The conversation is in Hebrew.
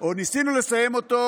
או ניסינו לסיים אותו,